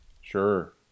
Sure